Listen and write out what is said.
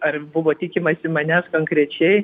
ar buvo tikimasi manęs konkrečiai